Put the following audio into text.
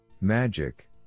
MAGIC